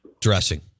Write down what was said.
dressing